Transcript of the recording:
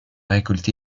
récolté